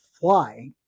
fly